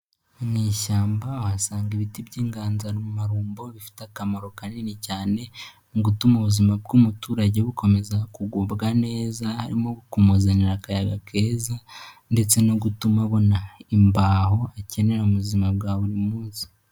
Mu ishyamba wasanga ibiti by'inganzamarumbo bifite akamaro kanini cyane mu gutuma ubuzima bw'umuturage bukomeza kugubwa neza. Harimo kumuzanira akayaga keza ndetse no gutuma abona imbaho akenera mu buzima bwa buri munsi.